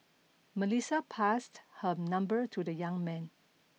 Melissa passed her number to the young man